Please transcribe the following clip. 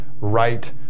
Right